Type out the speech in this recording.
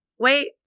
Wait